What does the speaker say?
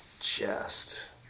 chest